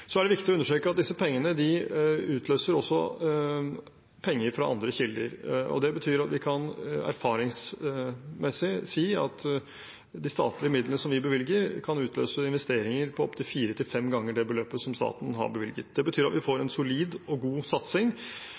så høyt som da f.eks. Arbeiderpartiet satt i regjering. Det er viktig å understreke at disse pengene også utløser penger fra andre kilder. Erfaringsmessig betyr det at vi kan si at de statlige midlene vi bevilger, kan utløse investeringer på opptil fire til fem ganger beløpet staten har bevilget. Det betyr at vi får en solid og god satsing.